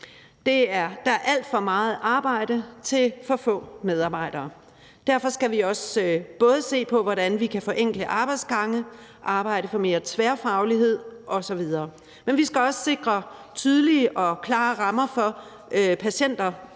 Der er alt for meget arbejde til for få medarbejdere. Derfor skal vi se på, hvordan vi kan forenkle arbejdsgange, arbejde for mere tværfaglighed osv., men vi skal også sikre tydelige og klare rammer for patienter